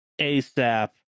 ASAP